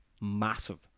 massive